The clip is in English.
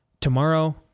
Tomorrow